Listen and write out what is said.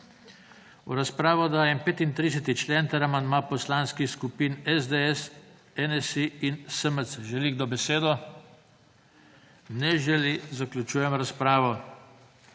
V razpravo dajem 35. člen ter amandma poslanskih skupin SDS, NSi in SMC. Želi kdo besedo? Ne želi, zaključujem razpravo.